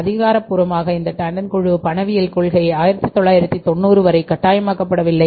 அதிகாரப்பூர்வமாக இந்த டோண்டன் குழு பணவியல் கொள்கை 1990 வரை கட்டாயமாக்கப்படவில்லை